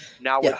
Now